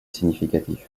significatif